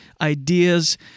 ideas